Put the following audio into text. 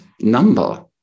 number